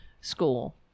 school